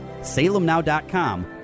SalemNow.com